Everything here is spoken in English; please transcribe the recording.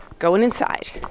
going inside.